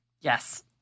Yes